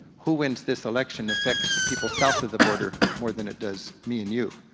who wins this election affects people south of the border more than it does me and you.